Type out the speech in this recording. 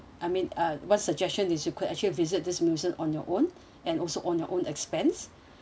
I mean uh what's suggestion is you could actually visit this museum on your own and also on your own expense